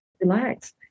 relax